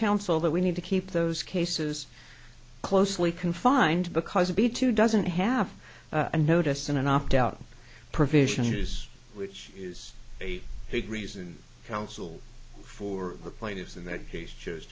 counsel that we need to keep those cases closely confined because of the two doesn't have a notice in an opt out provision is which is a big reason counsel for the plaintiffs in that case chose